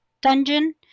dungeon